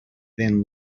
then